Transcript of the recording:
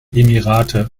emirate